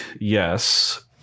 yes